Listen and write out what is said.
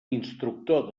instructor